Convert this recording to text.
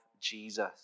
Jesus